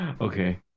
Okay